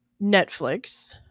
Netflix